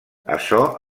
açò